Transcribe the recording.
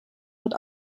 wird